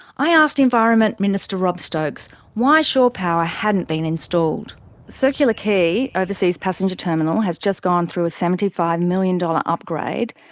i asked environment minister rob stokes why shore power hadn't been installed circular quay overseas passenger terminal has just gone through a seventy five million dollars upgrade.